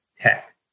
tech